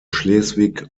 schleswig